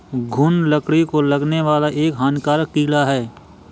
घून लकड़ी को लगने वाला एक हानिकारक कीड़ा है